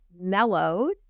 mellowed